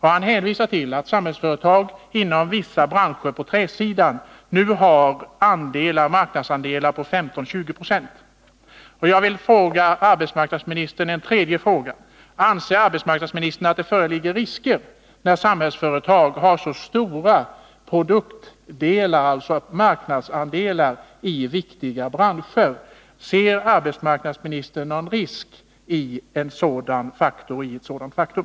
Han hänvisar till att Samhällsföretag inom vissa branscher på träsidan nu har marknadsandelar på 15 å 20 9. Jag vill ställa en tredje fråga till arbetsmarknadsministern: Anser arbetsmarknadsministern att det föreligger risker när Samhällsföretag har så stora marknadsandelar i viktiga branscher? Ser arbetsmarknadsministern någon risk i ett sådant faktum?